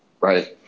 right